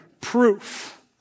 proof